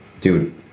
Dude